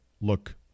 look